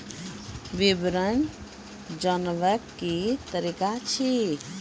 विवरण जानवाक की तरीका अछि?